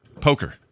poker